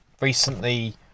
recently